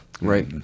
Right